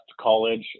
college